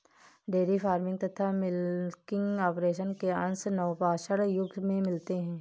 dairy farming तथा milking operation के अंश नवपाषाण युग में भी मिलते हैं